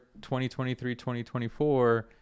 2023-2024